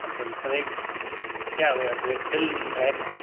अच्छा ब्रेक क्या हो गया ब्रेक फेल है क्या